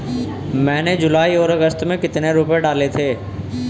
मैंने जुलाई और अगस्त में कितने रुपये डाले थे?